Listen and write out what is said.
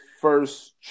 first